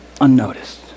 unnoticed